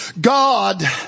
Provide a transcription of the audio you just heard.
God